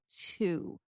two